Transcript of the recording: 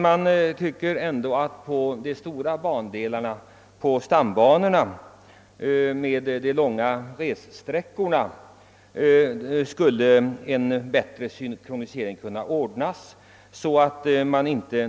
Jag tycker emellertid att på stambanorna med de långa ressträckor som där förekommer skulle kunna åstadkommas en bättre synkronisering.